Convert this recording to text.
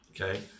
Okay